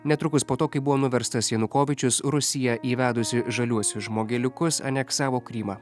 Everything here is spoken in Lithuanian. netrukus po to kai buvo nuverstas janukovyčius rusija įvedusi žaliuosius žmogeliukus aneksavo krymą